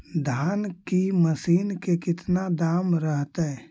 धान की मशीन के कितना दाम रहतय?